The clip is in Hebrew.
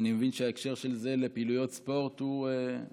אני מבין שההקשר של זה לפעילויות ספורט הוא אקראי.